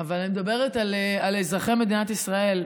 אבל אני מדברת על אזרחי מדינת ישראל,